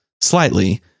slightly